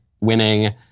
winning